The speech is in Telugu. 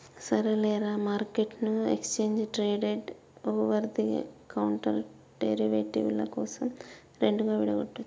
సరేలేరా, మార్కెట్ను exchange traded over the counter derivative ల కోసం రెండుగా విడగొట్టొచ్చు